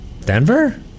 Denver